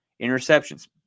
Interceptions